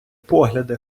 погляди